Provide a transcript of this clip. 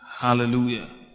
Hallelujah